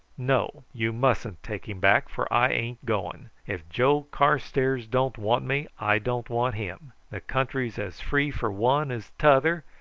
no, you mustn't take him back, for i ain't going. if joe carstairs don't want me, i don't want him. the country's as free for one as t'other,